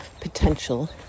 potential